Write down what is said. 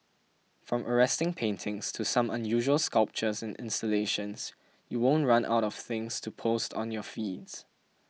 from arresting paintings to some unusual sculptures and installations you won't run out of things to post on your feeds